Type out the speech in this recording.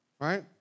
right